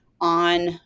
on